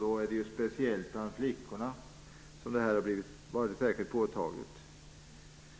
Det är då speciellt bland flickorna som det har varit särskilt påtagligt.